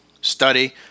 study